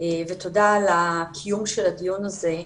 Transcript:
ותודה על הקיום של הדיון הזה.